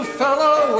fellow